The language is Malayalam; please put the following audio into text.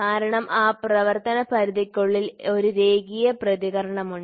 കാരണം ആ പ്രവർത്തന പരിധിക്കുള്ളിൽ ഒരു രേഖീയ പ്രതികരണമുണ്ട്